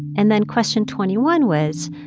and then question twenty one was,